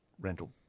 rental